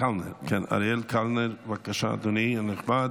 אריאל קלנר, בבקשה, אדוני הנכבד.